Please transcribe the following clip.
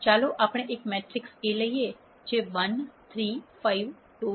ચાલો આપણે એક મેટ્રિક્સ A લઈએ જે 1 3 5 2 4 6